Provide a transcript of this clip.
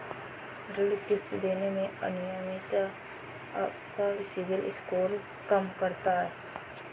ऋण किश्त देने में अनियमितता आपका सिबिल स्कोर कम करता है